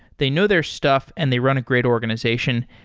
they know their stuff and they run a great organization.